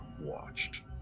watched